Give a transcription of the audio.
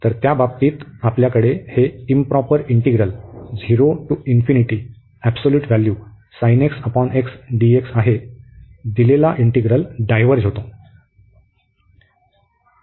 तर त्या बाबतीत आपल्याकडे हे इंप्रॉपर इंटिग्रल आहे दिलेला इंटिग्रल डायव्हर्ज होते